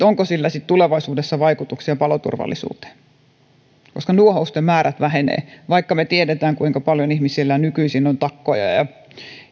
onko sillä sitten tulevaisuudessa vaikutuksia paloturvallisuuteen nuohousten määrät vähenevät vaikka me tiedämme kuinka paljon ihmisillä nykyisin on takkoja ja